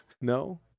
No